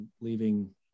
leaving